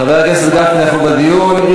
לאט-לאט, חבר הכנסת גפני, אנחנו בדיון.